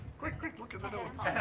quick, quick look at the notes.